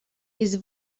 his